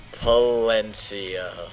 Palencia